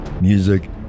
music